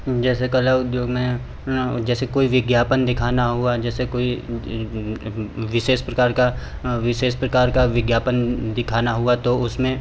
जैसे कला उद्योग में जैसे कोई विज्ञापन दिखाना हुआ जैसे कोई विशेष प्रकार का विशेष प्रकार का विज्ञापन दिखाना हुआ तो उसमें